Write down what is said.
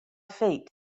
feet